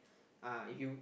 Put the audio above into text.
uh if you